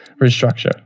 Restructure